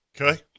Okay